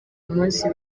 munsi